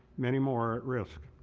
many more at risk.